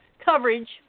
coverage